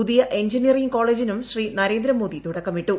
പുതിയ എഞ്ചിനീയറിംഗ് കോളേജിനും ശ്രീ നരേന്ദ്രമോദി തുടക്കമിട്ടു